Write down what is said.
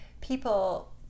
people